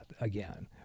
again